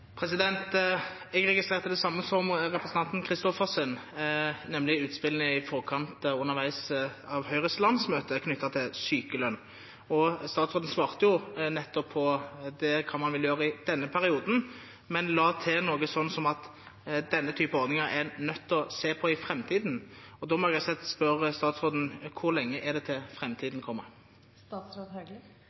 Jeg registrerte det samme som representanten Christoffersen, nemlig utspillene som kom i forkant av og underveis i Høyres landsmøte knyttet til sykelønn. Statsråden svarte nettopp på hva man vil gjøre i denne perioden, men la til noe slikt som at man er nødt til å se på denne typen ordninger i framtiden. Da må jeg rett og slett spørre statsråden: Hvor lenge er det til